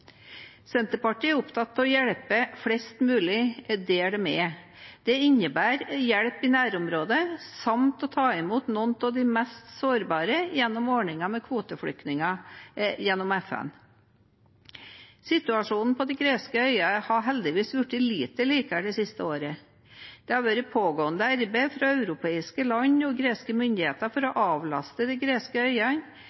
Senterpartiet er opptatt av å hjelpe flest mulig der de er. Det innebærer hjelp i nærområdet samt å ta imot noen av de mest sårbare gjennom ordningen med kvoteflyktninger gjennom FN. Situasjonen på de greske øyene har heldigvis blitt noe bedre det siste året. Det har vært et pågående arbeid fra europeiske land og greske myndigheter for å